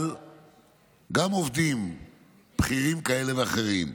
אבל עובדים בכירים כאלה ואחרים,